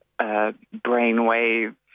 brainwave